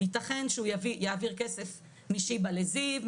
ייתכן שהוא יעביר כסף משיבא לזיו,